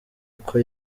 uko